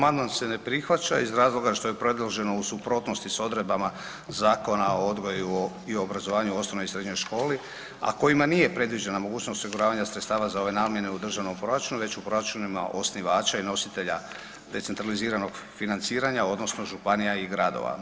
Amandman se ne prihvaća iz razloga što je predloženo u suprotnosti s odredbama Zakona o odgoju i obrazovanju u osnovnoj i srednjoj školi, a kojima nije predviđena mogućnost osiguravanja sredstava za ove namjene u državnom proračunu već u proračunima osnivača i nositelja decentraliziranog financiranja odnosno županija i gradova.